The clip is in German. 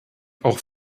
auch